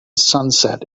sunset